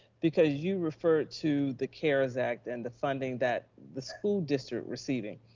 because you referred to the cares act and the funding that the school district receiving,